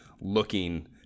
looking